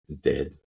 dead